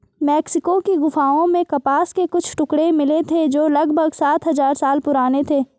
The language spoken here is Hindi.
मेक्सिको की गुफाओं में कपास के कुछ टुकड़े मिले थे जो लगभग सात हजार साल पुराने थे